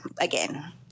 again